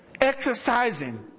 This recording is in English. Exercising